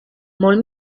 molt